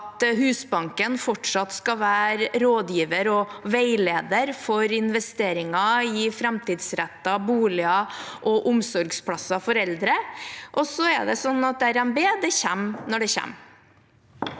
Husbanken fortsatt skal være rådgiver og veileder for investeringer i framtidsrettede boliger og omsorgsplasser for eldre, og så kommer revidert nasjonalbudsjett når det kommer.